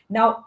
Now